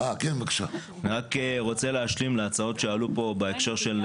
אני רק רוצה להשלים להצעות שעלו פה בהקשר של